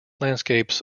landscapes